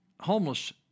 homeless